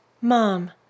Mom